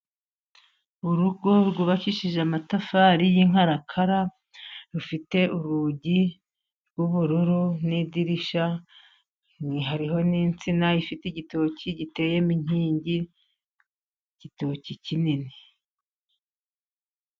Urugo rwubakishije amatafari y'inkarakara, rufite urugi rw'ubururu n'idirishya hariho n'insina ifite igitoki giteyemo inkingi, igitoki kinini.